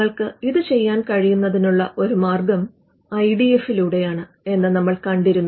നിങ്ങൾക്ക് ഇത് ചെയ്യാൻ കഴിയുന്നതിനുള്ള ഒരു മാർഗം ഐ ഡി എഫിലൂടെയാണെന്ന് നമ്മൾ കണ്ടിരുന്നു